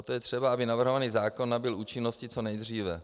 Proto je třeba, aby navrhovaný zákon nabyl účinnosti co nejdříve.